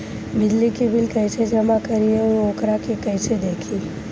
बिजली के बिल कइसे जमा करी और वोकरा के कइसे देखी?